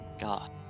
god